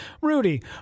Rudy